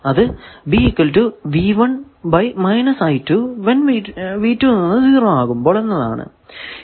അത് എന്നതാണ്